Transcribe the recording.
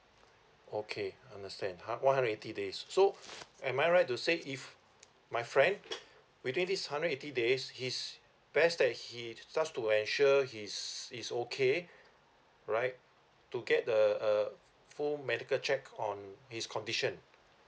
okay understand ha one hundred eighty days so am I right to say if my friend within these hundred eighty days his best that he just to ensure he's is okay right to get the a full medical check on his condition